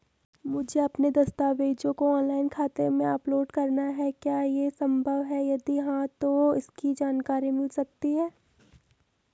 मुझे अपने दस्तावेज़ों को ऑनलाइन खाते में अपलोड करना है क्या ये संभव है यदि हाँ तो इसकी जानकारी मिल सकती है?